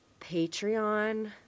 Patreon